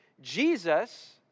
Jesus